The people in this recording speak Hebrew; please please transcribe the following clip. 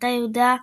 שהייתה ידועה